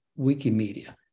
Wikimedia